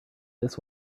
this